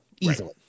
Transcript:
Easily